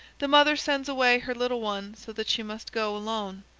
the mother sends away her little one so that she must go alone.